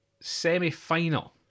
semi-final